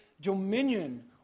dominion